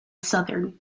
southern